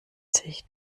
sich